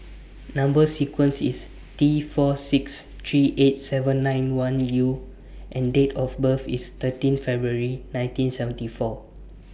Number sequence IS T four six three eight seven nine one U and Date of birth IS thirteen February nineteen seventy four